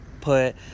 put